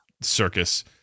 circus